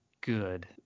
good